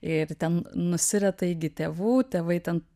ir ten nusirita iki tėvų tėvai ten